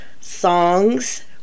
songs